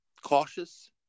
cautious